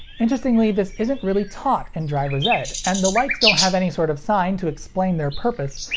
interestingly, this isn't really taught in driver's ed, and the lights don't have any sort of sign to explain their purpose,